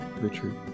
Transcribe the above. richard